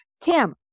Tim